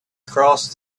crossed